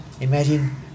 Imagine